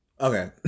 Okay